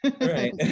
Right